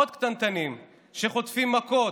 עוד קטנטנים שחוטפים מכות,